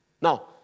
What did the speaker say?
Now